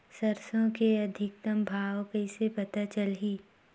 सरसो के अधिकतम भाव कइसे पता चलही?